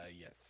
yes